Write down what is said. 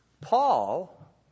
Paul